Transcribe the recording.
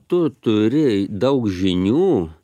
tu turi daug žinių